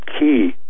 key